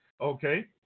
Okay